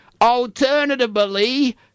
Alternatively